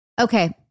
Okay